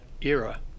era